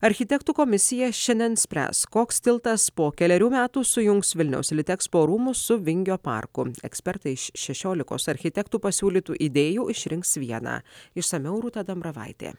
architektų komisija šiandien spręs koks tiltas po kelerių metų sujungs vilniaus litexpo rūmus su vingio parku ekspertai iš šešiolikos architektų pasiūlytų idėjų išrinks vieną išsamiau rūta dambravaitė